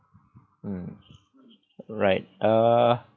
mm right uh